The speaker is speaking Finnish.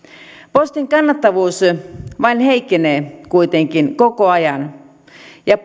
postin kannattavuus vain heikkenee kuitenkin koko ajan ja